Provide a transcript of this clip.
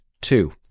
two